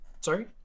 Sorry